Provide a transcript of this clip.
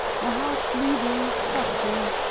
my heart bleeding but firm.